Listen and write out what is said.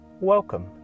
Welcome